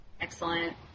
Excellent